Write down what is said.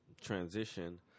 transition